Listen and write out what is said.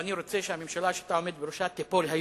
ואני רוצה שהממשלה שאתה עומד בראשה תיפול היום,